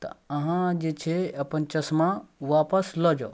तऽ अहाँ जे छै अपन चश्मा वापस लऽ जाउ